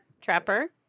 Trapper